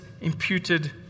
imputed